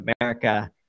America